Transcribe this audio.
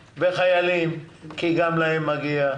כי גם להם מגיע.